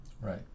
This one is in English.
right